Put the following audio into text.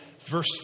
verse